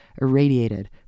irradiated